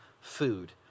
food